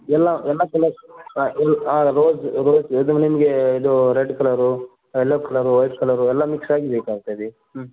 ಎಲ್ಲ ಎಲ್ಲ ಕಲರ್ಸ್ ಹಾಂ ರೊ ಹಾಂ ರೋಜ್ ಇದು ನಿಮಗೆ ಇದು red colour yellow colour white colour ಎಲ್ಲ ಮಿಕ್ಸಾಗಿ ಬೇಕಾಗ್ತಯಿದೆ